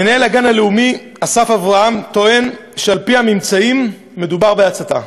מנהל הגן הלאומי אסף אברהם טוען שעל-פי הממצאים מדובר בהצתה".